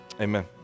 amen